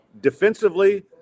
defensively